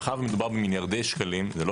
מאחר ומדובר במיליארדי שקלים זה לא